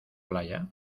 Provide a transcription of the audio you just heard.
playa